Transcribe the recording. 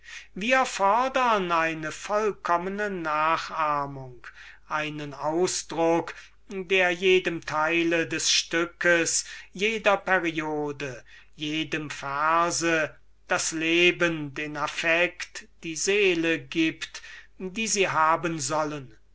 wir fodern eine vollkommne nachahmung einen ausdruck der jedem teile des stücks jeder periode jedem vers das leben den affekt die seele gibt die sie haben sollen